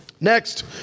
next